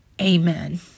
Amen